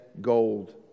gold